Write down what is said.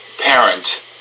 parent